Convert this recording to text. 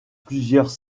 plusieurs